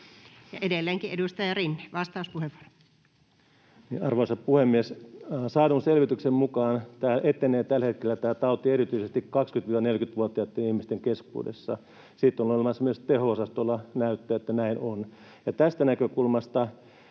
muuttamisesta Time: 13:55 Content: Arvoisa puhemies! Saadun selvityksen mukaan tämä tauti etenee tällä hetkellä erityisesti 20—40-vuotiaitten ihmisten keskuudessa. Siitä on olemassa myös teho-osastolla näyttöä, että näin on. Ja tästä näkökulmasta